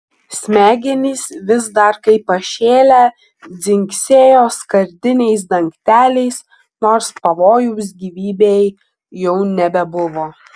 smegenys vis dar kaip pašėlę dzingsėjo skardiniais dangteliais nors pavojaus gyvybei jau nebebuvo